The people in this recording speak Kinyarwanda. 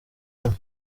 hano